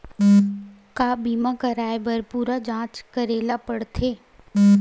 का बीमा कराए बर पूरा जांच करेला पड़थे?